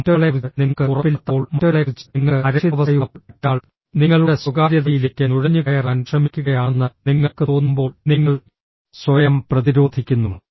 മറ്റൊരാളെക്കുറിച്ച് നിങ്ങൾക്ക് ഉറപ്പില്ലാത്തപ്പോൾ മറ്റൊരാളെക്കുറിച്ച് നിങ്ങൾക്ക് അരക്ഷിതാവസ്ഥയുള്ളപ്പോൾ മറ്റേയാൾ നിങ്ങളുടെ സ്വകാര്യതയിലേക്ക് നുഴഞ്ഞുകയറാൻ ശ്രമിക്കുകയാണെന്ന് നിങ്ങൾക്ക് തോന്നുമ്പോൾ നിങ്ങൾ സ്വയം പ്രതിരോധിക്കുന്നു